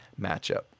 matchup